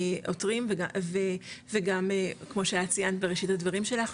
עותרים וגם כמו שאת ציינת בראשית דברייך,